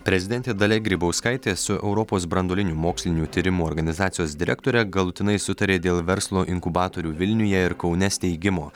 prezidentė dalia grybauskaitė su europos branduolinių mokslinių tyrimų organizacijos direktore galutinai sutarė dėl verslo inkubatorių vilniuje ir kaune steigimo